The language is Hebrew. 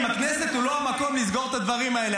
אם הכנסת זה לא המקום לסגור את הדברים האלה,